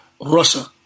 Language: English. Russia